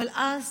אבל אז